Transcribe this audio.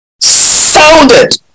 sounded